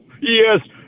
Yes